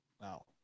Wow